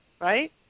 right